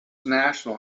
national